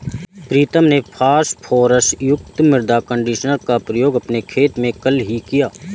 प्रीतम ने फास्फोरस युक्त मृदा कंडीशनर का प्रयोग अपने खेत में कल ही किया